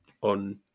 on